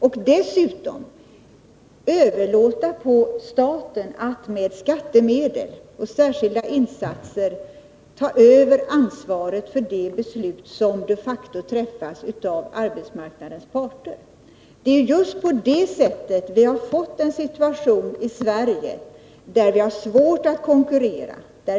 Och dessutom överlåter man på staten att med skattemedel och särskilda insatser ta över ansvaret för de beslut som de facto träffats av arbetsmarknadens parter. Det är just därigenom som vi har fått en sådan situation i Sverige att vi har svårt att konkurrera.